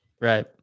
right